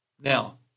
Now